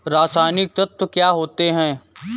रसायनिक तत्व क्या होते हैं?